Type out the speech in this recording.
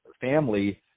family